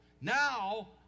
now